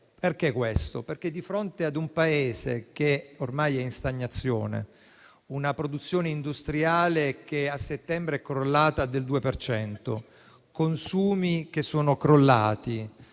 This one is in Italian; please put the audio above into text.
di governo, perché di fronte ad un Paese che ormai è in stagnazione, con una produzione industriale che a settembre è crollata del 2 per cento, con consumi che sono crollati,